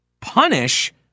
punish